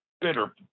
bitter